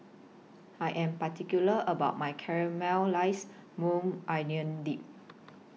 I Am particular about My Caramelized Maui Onion Dip